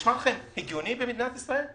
נשמע לכם הגיוני במדינת ישראל?